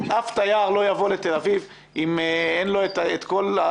אף תייר לא יבוא לתל אביב אם אין לו את הסצנה